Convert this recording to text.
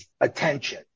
attention